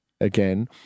again